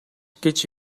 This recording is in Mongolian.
гэж